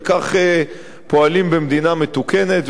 וכך פועלים במדינה מתוקנת.